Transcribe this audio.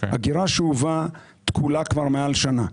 אגירה שאובה תקולה כבר מעל שנה.